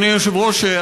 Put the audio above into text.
אדוני היושב-ראש,